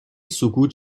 سکوت